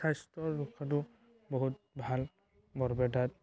স্বাস্থ্য ৰক্ষাটো বহুত ভাল বৰপেটাত